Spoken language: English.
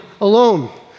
alone